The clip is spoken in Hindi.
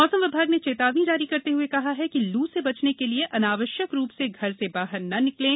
मौसम विभाग न चप्तावनी जारी करत हए कहा है कि ल् स बचन क लिए अनावश्यक रूप स घर स बाहर न निकलें